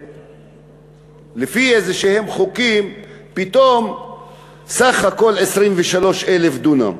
לפי איזשהם חוקים, פתאום סך הכול 23,000 דונם,